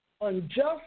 unjust